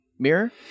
mirror